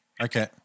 Okay